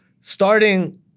starting